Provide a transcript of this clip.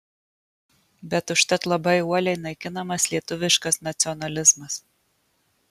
bet užtat labai uoliai naikinamas lietuviškas nacionalizmas